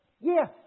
Yes